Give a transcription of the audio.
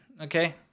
Okay